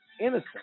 innocent